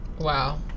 Wow